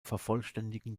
vervollständigen